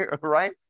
Right